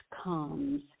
comes